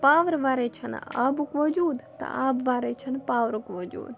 پاورٕ وَرٲے چھُنہٕ آبُک وجوٗد تہٕ آبہٕ وَرٲے چھِنہٕ پاورُک وجوٗد